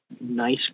nice